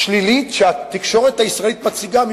שלילית שהתקשורת הישראלית מציגה,